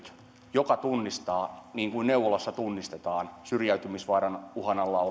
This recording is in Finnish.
se tunnistaa niin kuin neuvolassa tunnistetaan syrjäytymisuhan